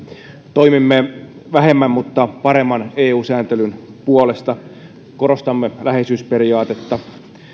toimimme vähemmän mutta paremman eu sääntelyn puolesta ja korostamme läheisyysperiaatetta kyllähän